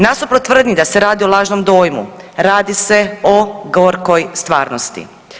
Nasuprot tvrdnji da se radi o lažnom dojmu radi se o gorkoj stvarnosti.